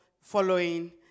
following